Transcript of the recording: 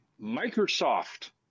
Microsoft